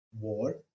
war